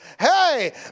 Hey